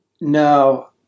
No